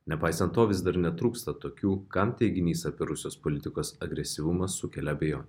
nepaisant to vis dar netrūksta tokių kam teiginys apie rusijos politikos agresyvumą sukelia abejonių